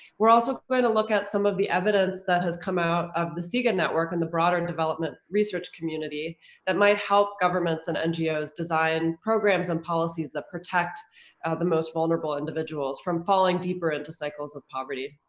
we're also going to look at some of the evidence that has come out of the so cega network and the broader and development research community that might help governments and ngos design programs and policies that protect the most vulnerable individuals from falling deeper into cycles of poverty.